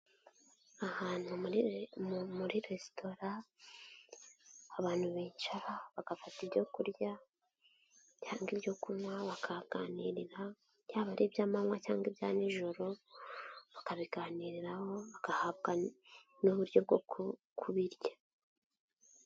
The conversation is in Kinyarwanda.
Ahantu muri resitora, abantu bicara bagafata ibyo kurya cyangwa ibyo kunywa bakahaganirira, byaba ari iby'amanywa cyangwa ibya nijoro bakabiganiraho, bagahabwa n'uburyo bwo kubirya.